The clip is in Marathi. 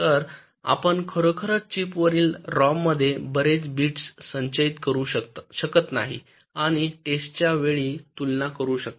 तर आपण खरोखरच चिपवरील रॉममध्ये बरेच बिट्स संचयित करू शकत नाही आणि टेस्ट च्या वेळी तुलना करू शकता